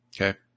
Okay